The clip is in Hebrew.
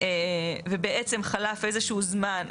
ובעצם חלף איזשהו זמן,